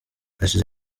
hashize